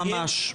ממש.